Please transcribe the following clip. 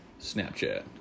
Snapchat